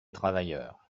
travailleurs